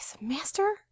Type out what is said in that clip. Master